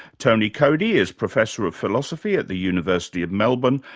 tony coady is professor of philosophy at the university of melbourne,